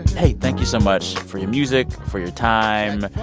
hey, thank you so much for your music, for your time.